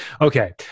okay